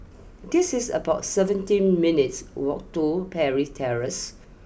it is about seventeen minutes' walk to Parry Terrace